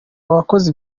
abakozi